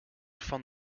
van